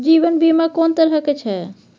जीवन बीमा कोन तरह के छै?